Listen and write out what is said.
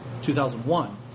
2001